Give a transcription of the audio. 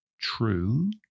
true